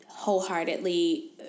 wholeheartedly